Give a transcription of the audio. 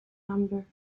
number